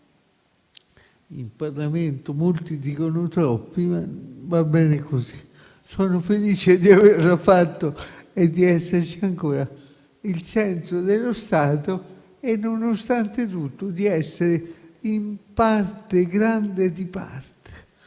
in Parlamento (molti dicono troppi, ma va bene così, sono felice di averlo fatto e di esserci ancora): il senso dello Stato e, nonostante tutto, di essere in parte grande di parte.